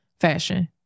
fashion